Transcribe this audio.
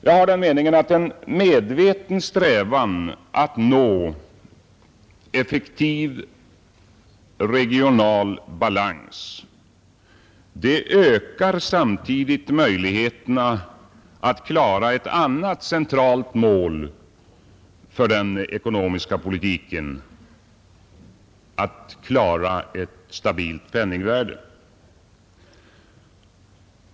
Jag anser att en medveten strävan att nå effektiv regional balans samtidigt ökar möjligheterna att klara ett annat centralt mål för den ekonomiska politiken — ett stabilt penningvärde.